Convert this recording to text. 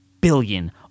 billion